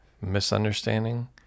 misunderstanding